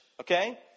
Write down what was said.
Okay